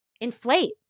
inflate